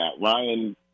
Ryan